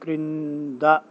క్రింద